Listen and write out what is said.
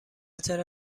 چرا